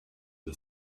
the